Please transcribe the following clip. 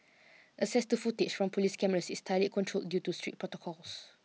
access to footage from police cameras is tightly controlled due to strict protocols